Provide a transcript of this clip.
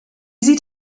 sieht